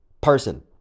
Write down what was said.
person